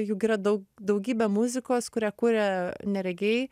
juk yra daug daugybė muzikos kurią kuria neregiai